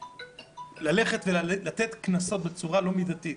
ללכת ולתת קנסות בצורה לא מידתית,